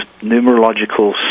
numerological